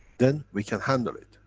then we can handle it.